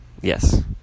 Yes